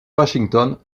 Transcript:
washington